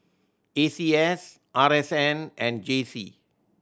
A C S R S N and J C